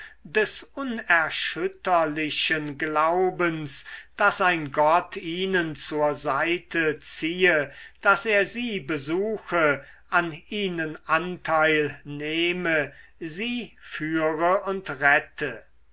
des unerschütterlichen glaubens daß ein gott ihnen zur seite ziehe daß er sie besuche an ihnen anteil nehme sie führe und rette